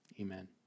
amen